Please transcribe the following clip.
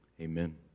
amen